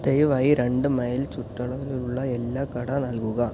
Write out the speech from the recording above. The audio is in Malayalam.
ദയവായി രണ്ട് മൈല് ചുറ്റളവിലുള്ള എല്ലാ കട നല്കുക